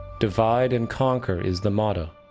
divide and conquer is the motto,